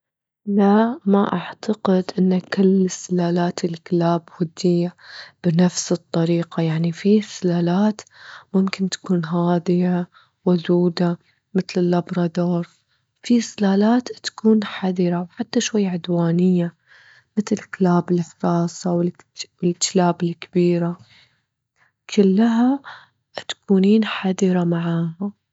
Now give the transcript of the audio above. لا ما أعتقد أن كل سلالات الكلاب ودية بنفس الطريقة، يعني في سلالات ممكن تكون هادية ودودة متل اللبرادور، في سلالات تكون حذرة وحتى شوي عدوانية؛ متل كلاب الحراسة والتلاب الكبيرة، كلها تكونين حذرة معها.